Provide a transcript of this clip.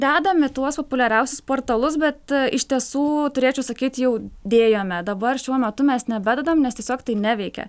dedam į tuos populiariausius portalus bet iš tiesų turėčiau sakyt jau dėjome dabar šiuo metu mes nebededam nes tiesiog tai neveikia